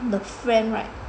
的 friend right